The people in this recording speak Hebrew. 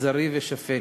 אכזרי ושפל.